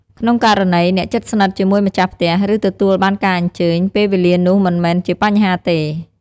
ក្នុងករណី អ្នកជិតស្និតជាមួយម្ចាស់ផ្ទះ ឬ ទទួលបានការអញ្ជើញ ពេលវេលានោះមិនមែនជាបញ្ហាទេ។